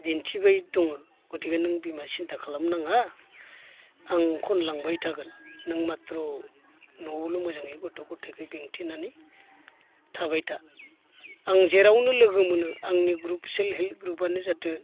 दिनथिबाय दङ गथिखे नों बिमा सिन्था खालामनो नाङा आं खनलांबाय थागोन नों माथ्र' न'आवल' मोजाङै गथ' गथायखौ बेंथेनानै थाबाय था आं जेरावनो लोगो मोनो आंनि ग्रुप सेल्फ हेल्प ग्रुपआनो जाथों